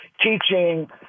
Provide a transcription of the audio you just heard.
Teaching